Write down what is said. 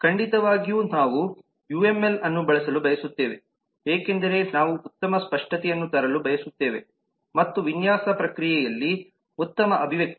ಖಂಡಿತವಾಗಿಯೂ ನಾವು ಯುಎಂಎಲ್ ಅನ್ನು ಬಳಸಲು ಬಯಸುತ್ತೇವೆ ಏಕೆಂದರೆ ನಾವು ಉತ್ತಮ ಸ್ಪಷ್ಟತೆಯನ್ನು ತರಲು ಬಯಸುತ್ತೇವೆ ಮತ್ತು ವಿನ್ಯಾಸ ಪ್ರಕ್ರಿಯೆಯಲ್ಲಿ ಉತ್ತಮ ಅಭಿವ್ಯಕ್ತಿ